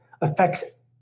affects